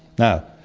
now,